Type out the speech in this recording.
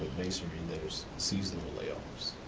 masonry there's seasonal lay-offs,